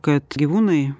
kad gyvūnai